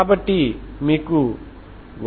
కాబట్టి మీకు 1